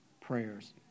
prayers